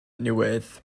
newydd